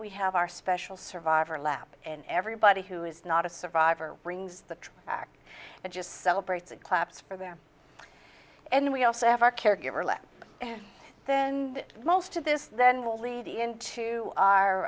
we have our special survivor lap and everybody who is not a survivor brings the trip back and just celebrates it claps for them and we also have our caregiver and then most of this then will lead into our